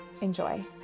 enjoy